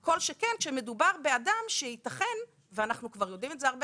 כל שכן כשמדובר באדם שייתכן ואנו יודעים זאת הרבה